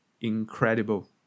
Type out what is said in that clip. incredible